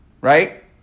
right